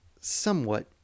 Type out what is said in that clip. somewhat